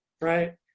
right